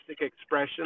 expression